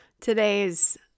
today's